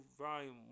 Volume